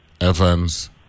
Evans